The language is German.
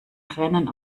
rennen